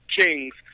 Kings